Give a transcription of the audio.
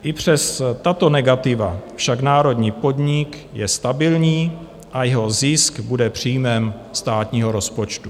I přes tato negativa však národní podnik je stabilní a jeho zisk bude příjmem státního rozpočtu.